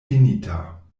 finita